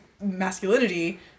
masculinity